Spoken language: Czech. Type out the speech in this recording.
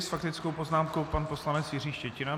S faktickou poznámkou pan poslanec Jiří Štětina.